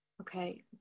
Okay